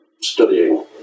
studying